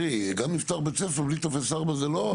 תראי, גם לפתוח בית ספר בלי טופס 4 זה לא.